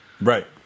Right